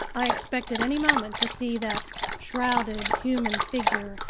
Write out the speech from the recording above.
i expected any moment to see that shrouded human figure,